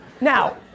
now